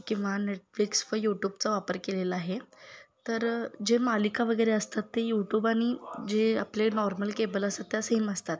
किंवा नेटफ्लिक्स व यूटूबचा वापर केलेला आहे तर जे मालिका वगैरे असतात ते यूटूब आणि जे आपले नॉर्मल केबल असतात त्या सेम असतात